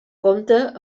compte